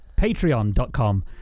Patreon.com